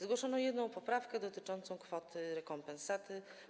Zgłoszono jedną poprawkę, dotyczącą kwoty rekompensaty.